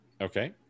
Okay